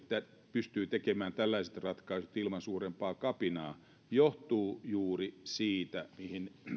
pystyy tekemään tällaiset ratkaisut ilman suurempaa kapinaa johtuu juuri siitä mihin